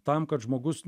tam kad žmogus